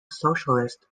socialist